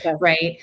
right